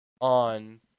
on